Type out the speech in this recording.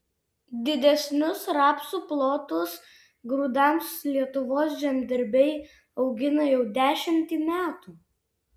didesnius rapsų plotus grūdams lietuvos žemdirbiai augina jau dešimtį metų